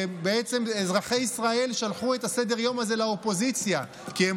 שאזרחי ישראל שלחו לאופוזיציה כי הם